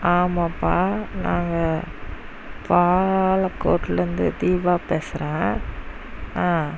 ஆமாம்பா நாங்கள் பாலக்கோட்டுலேருந்து தீபா பேசுறேன்